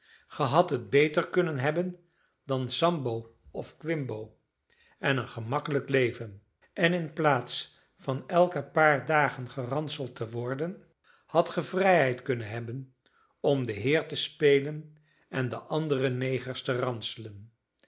hadt het beter kunnen hebben dan sambo of quimbo en een gemakkelijk leven en in plaats van elke paar dagen geranseld te worden hadt ge vrijheid kunnen hebben om den heer te spelen en de andere negers